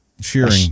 shearing